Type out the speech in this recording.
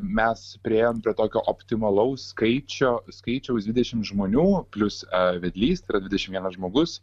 mes priėjom prie tokio optimalaus skaičio skaičiaus dvidešim žmonių plius vedlys yra dvidešim vienas žmogus